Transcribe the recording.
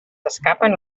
escapen